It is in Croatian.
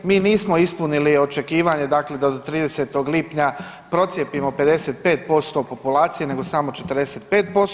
Mi nismo ispunili očekivanje dakle da do 30. lipnja procijepimo 55% populacije nego samo 45%